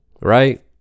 Right